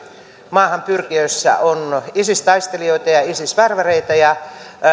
maahan pyrkijöissä on isis taistelijoita ja ja isis värväreitä ja